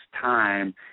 time